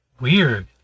Weird